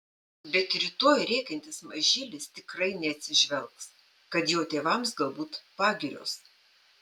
bet rytoj rėkiantis mažylis tikrai neatsižvelgs kad jo tėvams galbūt pagirios